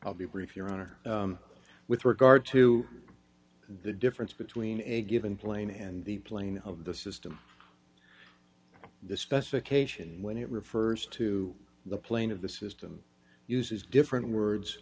i'll be brief your honor with regard to the difference between a given plane and the plane of the system the specification when it refers to the plane of the system uses different words